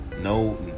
No